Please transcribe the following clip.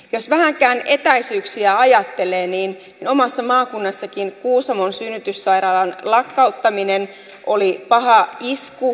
jos vähänkään etäisyyksiä ajattelee niin omassa maakunnassakin kuusamon synnytyssairaalan lakkauttaminen oli paha isku